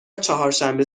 چهارشنبه